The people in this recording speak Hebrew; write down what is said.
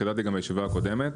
גם חידדתי בישיבה הקודמת,